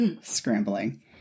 scrambling